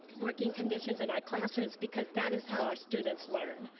working conditions in our classrooms because that is how our students learn.